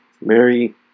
Mary